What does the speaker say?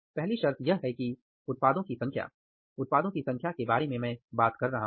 पहली शर्त यह है कि उत्पादों की संख्या उत्पादों की संख्या की मैं बात कर रहा हूं